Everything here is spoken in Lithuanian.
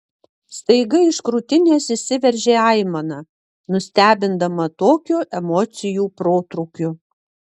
staiga iš krūtinės išsiveržė aimana nustebindama tokiu emocijų protrūkiu